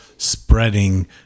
spreading